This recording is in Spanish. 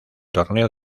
torneo